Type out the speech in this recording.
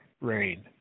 rain